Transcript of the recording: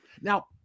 now